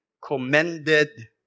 Commended